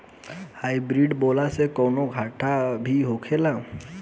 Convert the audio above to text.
Hybrid बोला के कौनो घाटा भी होखेला?